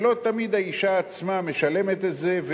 ולא תמיד האשה עצמה משלמת את זה,